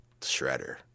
Shredder